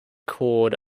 cord